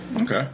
Okay